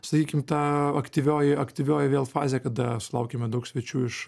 sakykim ta aktyvioji aktyvioji vėl fazė kada sulaukėme daug svečių iš